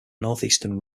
northeastern